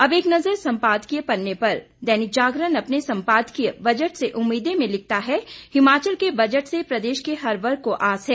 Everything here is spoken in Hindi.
अब एक नजर संपादकीय पन्ने पर दैनिक जागरण अपने संपादकीय बजट से उम्मीदें में लिखता है हिमाचल के बजट से प्रदेश के हर वर्ग को आस है